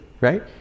right